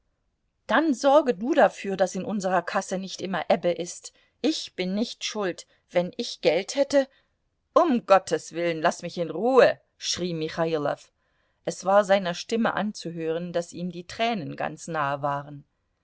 dann sorge du dafür daß in unserer kasse nicht immer ebbe ist ich bin nicht schuld wenn ich geld hätte um gottes willen laß mich in ruhe schrie michailow es war seiner stimme anzuhören daß ihm die tränen ganz nahe waren